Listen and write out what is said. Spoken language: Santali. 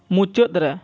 ᱢᱩᱪᱟᱹᱫ ᱨᱮ